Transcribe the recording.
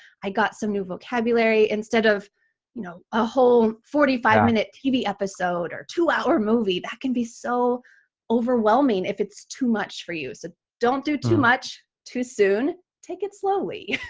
i got some new vocabulary instead of you know a whole forty five minute tv episode or two hour movie. that can be so overwhelming if it's too much for you. so don't do too much too soon. take it slowly.